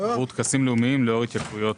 עבור טקסים לאומיים לאור התייקרויות.